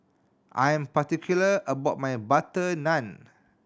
I am particular about my butter naan